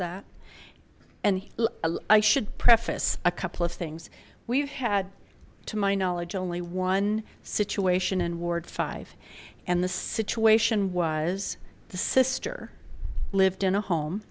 that and i should preface a couple of things we've had to my knowledge only one situation in ward five and the situation was the sister lived in a home